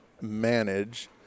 manage